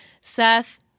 seth